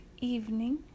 evening